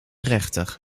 rechter